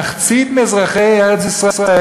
שמחצית מאזרחי ארץ-ישראל,